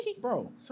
Bro